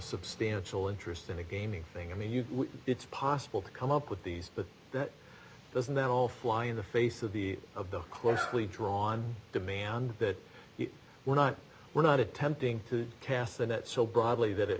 substantial interest in a gaming thing i mean you it's possible to come up with these but that doesn't that all fly in the face of the of the closely drawn demand that we're not we're not attempting to cast the net so broadly that it